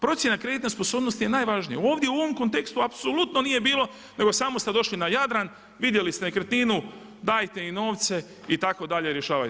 Procjena kreditne sposobnosti je najvažnija, ovdje u ovom kontekstu apsolutno nije bilo nego samo ste došli na Jadran, vidjeli ste nekretninu, dajte im novce itd. rješavaj.